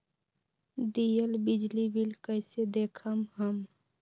दियल बिजली बिल कइसे देखम हम?